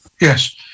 Yes